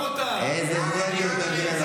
השר בן גביר, איזה אנרגיות אתה מביא להם